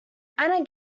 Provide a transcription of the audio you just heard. ana